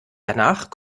danach